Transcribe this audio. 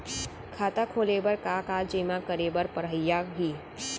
खाता खोले बर का का जेमा करे बर पढ़इया ही?